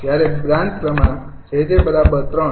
જ્યારે બ્રાન્ચ ક્રમાંક 𝑗𝑗 ૩